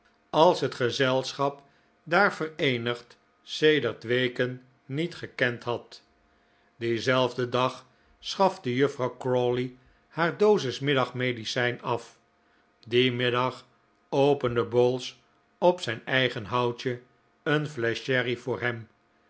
als het gezelschap daar vereenigd sedert weken niet gekend had dienzelfden dag schafte juffrouw crawley haar dosis middag medicijn af dien middag opende bowls op zijn eigen houtje een flesch sherry voor hem